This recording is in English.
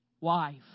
wife